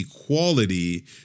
equality